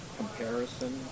comparison